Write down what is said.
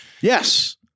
Yes